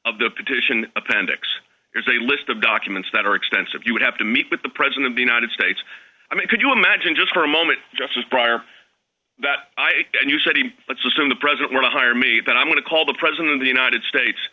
of the petition appendix there's a list of documents that are extensive you would have to meet with the president of the united states i mean could you imagine just for a moment just prior that you said he let's assume the president were to hire me that i'm going to call the president of the united states